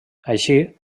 així